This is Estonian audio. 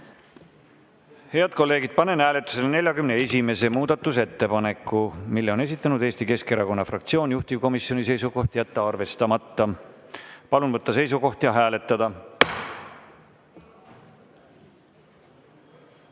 ja toetada. Panen hääletusele 43. muudatusettepaneku. Selle on esitanud Eesti Keskerakonna fraktsioon. Juhtivkomisjoni seisukoht on jätta arvestamata. Palun võtta seisukoht ja hääletada!